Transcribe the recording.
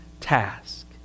task